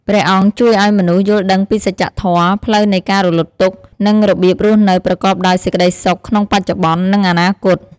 ព្រះអង្គជួយឱ្យមនុស្សយល់ដឹងពីសច្ចធម៌ ផ្លូវនៃការរំលត់ទុក្ខ និងរបៀបរស់នៅប្រកបដោយសេចក្តីសុខក្នុងបច្ចុប្បន្ន និងអនាគត។